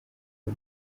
uwo